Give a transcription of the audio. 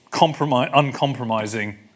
uncompromising